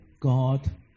God